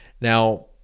now